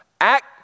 Act